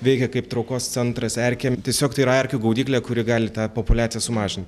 veikia kaip traukos centras erkėm tiesiog tai yra erkių gaudyklė kuri gali tą populiaciją sumažint